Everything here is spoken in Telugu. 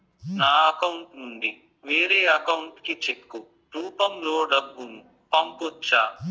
నా అకౌంట్ నుండి వేరే అకౌంట్ కి చెక్కు రూపం లో డబ్బును పంపొచ్చా?